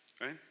right